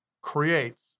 creates